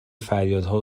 فریادها